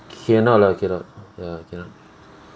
cannot lah cannot ya cannot